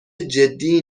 جدی